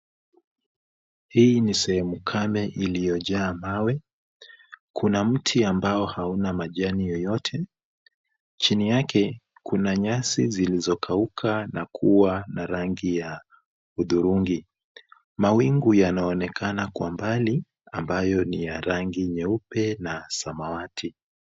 Hii ni sehemu kame iliyojaa mawe, kuna mti ambao hauna majani yoyote, chini yake kuna nyasi zilizokauka na kuwa na rangi ya hudhurungi. Mawingu yanaonekana kwa mbali ambayo ni ya rangi nyeupe na samawati.